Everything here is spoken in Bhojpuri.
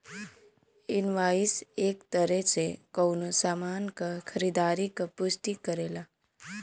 इनवॉइस एक तरे से कउनो सामान क खरीदारी क पुष्टि करेला